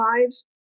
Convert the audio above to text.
lives